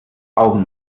augen